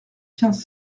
quinze